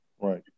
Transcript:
Right